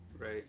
Right